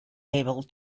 able